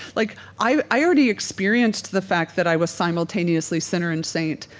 like, i already experienced the fact that i was simultaneously sinner and saint.